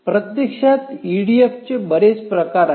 प्रत्यक्षात ईडीएफचे बरेच प्रकार आहेत